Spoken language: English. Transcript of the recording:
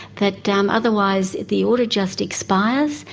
that um otherwise the order just expires,